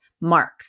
mark